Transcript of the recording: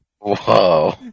Whoa